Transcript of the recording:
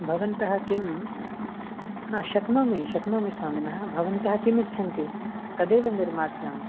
भवन्तः किं हा शक्नोमि शक्नोमि स्वामिनः भवन्तः किमिच्छन्ति तदेव निर्मास्यामि